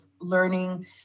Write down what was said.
learning